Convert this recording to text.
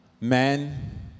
men